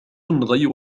غير